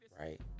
Right